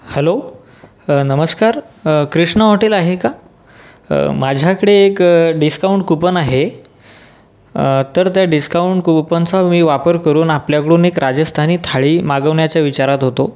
hello नमस्कार Krishna hotel आहे का माझ्याकडे एक डिस्काऊंट कूपन आहे तर त्या डिस्काऊंट कूपनचा मी वापर करून आपल्याकडून एक राजस्थानी थाळी मागवण्याच्या विचारात होतो